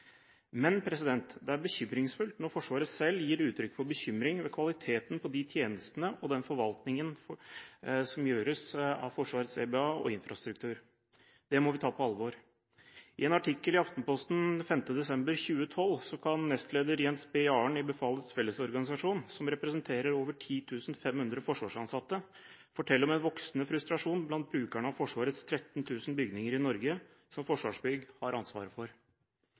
men det er bekymringsfullt når Forsvaret selv gir uttrykk for bekymring for kvaliteten på de tjenestene og den forvaltningen som gjøres av Forsvarets EBA og infrastruktur. Det må vi ta på alvor. I en artikkel i Aftenposten den 5. desember 2012 kunne nestleder Jens B. Jahren i Befalets Fellesorganisasjon, som representerer over 10 500 forsvarsansatte, fortelle om en voksende frustrasjon blant brukerne av Forsvarets 13 000 bygninger i Norge som Forsvarsbygg har ansvaret for.